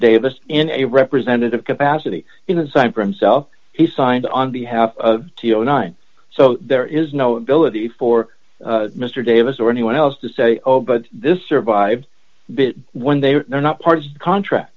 davis in a representative capacity in a sign for himself he signed on behalf till nine so there is no ability for mr davis or anyone else to say oh but this survived when they were not part of the contract